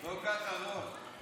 לא ככה, רון?